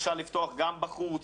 אפשר לפתוח גם בחוץ,